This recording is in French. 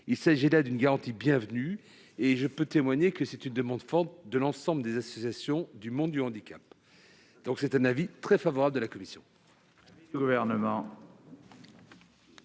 Il s'agit d'une garantie bienvenue et je peux témoigner que c'est une demande forte de l'ensemble des associations du monde du handicap. La commission est donc très favorable à cet amendement.